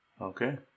Okay